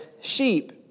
sheep